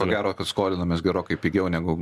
ko gero kad skolinamės gerokai pigiau negu